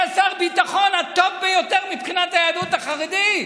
הוא היה שר הביטחון הטוב ביותר מבחינת היהדות החרדית.